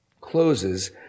closes